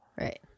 Right